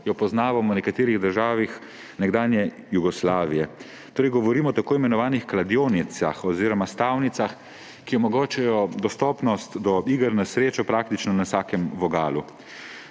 jo poznamo v nekaterih državah nekdanje Jugoslavije. Torej govorim o tako imenovanih kladionicah oziroma stavnicah, ki omogočajo dostopnost do iger na srečo praktično na vsakem vogalu.